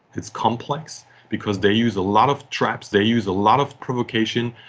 it's complex because they use a lot of traps, they use a lot of provocation.